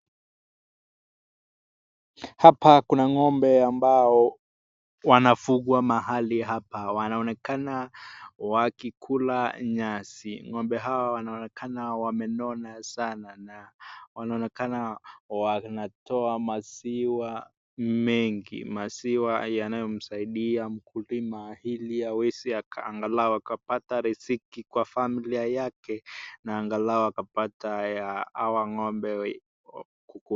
Hapa kuna ng'ombe ambao wanafungwa mahali hapa. Wanaonekana wakikula nyasi. Ng'ombe hawa wanaonekana wamenona sana na wanaonekana wanatoa maziwa mengi. Maziwa yanayomsaidia mkulima ili aweze aka angalau akapata riziki kwa familia yake na angalau akapata hawa ng'ombe.